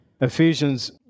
Ephesians